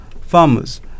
farmers